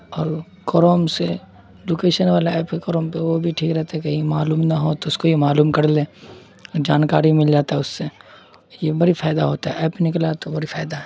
اور کروم سے اجکیشن والا ایپ پہ کروم پہ وہ بھی ٹھیک رہتا ہے کہیں معلوم نہ ہو تو اس کو بھی معلوم کر لیں جانکاری مل جاتا ہے اس سے یہ بڑی فائدہ ہوتا ہے ایپ نکلا تو بڑی فائدہ ہے